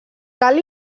cal